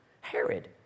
Herod